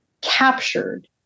captured